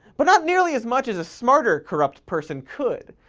but not nearly as much as a smarter corrupt person could,